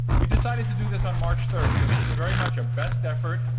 we decided to do this on march third so this is very much a best effort.